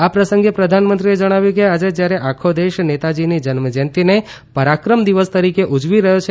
આ પ્રસંગે પ્રધાનમંત્રીએ જણાવ્યું કે આજે જ્યારે આખો દેશ નેતાજીની જન્મજયંતિની પરાક્રમ દિવસ તરીકે ઉજવી રહ્યો છે